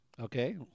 Okay